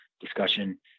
discussion